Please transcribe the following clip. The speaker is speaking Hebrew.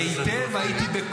היטב.